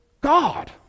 God